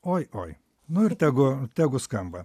oi oi nu ir tegu tegu skamba